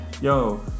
Yo